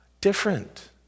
different